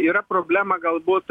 yra problema galbūt